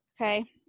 Okay